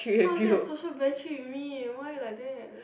how's that social battery with me why you like that